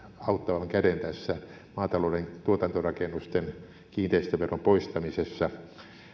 auttavan käden tässä maatalouden tuotantorakennusten kiinteistöveron poistamisessa